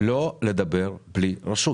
לא לדבר בלי רשות.